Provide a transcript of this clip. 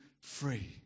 free